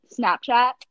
Snapchat